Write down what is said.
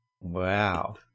Wow